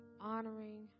honoring